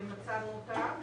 שמצאנו אותה,